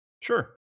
Sure